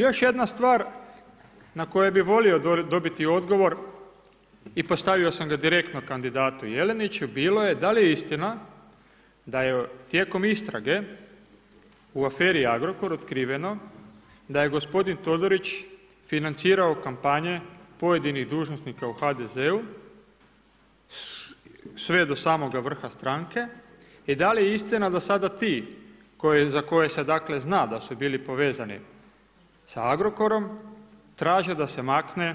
Još jedna stvar na koju bi volio dobiti odgovor i postavio sam ga direktno kandidatu Jeliniću, bilo je da li je istina da je tijekom istrage u aferi Agrokor otkriveno da je gospodin Todorić financirao kampanje pojedinih dužnosnika u HDZ-u sve do samoga vrha stranke i da li je istina da sada ti za koje se zna da su bili povezani sa Agrokorom, traže da se makne